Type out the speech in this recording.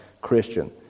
Christian